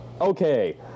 Okay